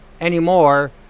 anymore